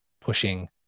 pushing